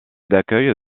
d’accueil